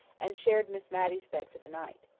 and shared miss matty's bed for the night.